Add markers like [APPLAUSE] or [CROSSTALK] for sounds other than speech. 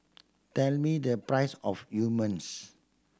tell me the price of you [UNINTELLIGIBLE]